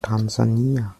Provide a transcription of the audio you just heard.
tansania